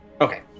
Okay